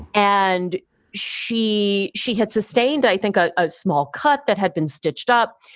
and she she had sustained, i think, a ah small cut that had been stitched up.